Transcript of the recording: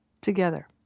together